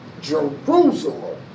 Jerusalem